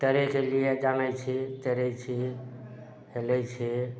तैरयके लिये जानय छी तैरय छी हेलय छी